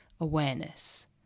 awareness